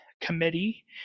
committee